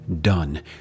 done